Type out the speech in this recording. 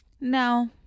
No